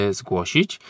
zgłosić